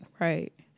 Right